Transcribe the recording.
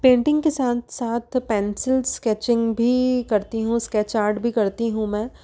painting के साथ साथ पेंसिल स्केचिंग भी करती हूँ स्कैच आर्ट भी करती हूँ मैं